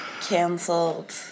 cancelled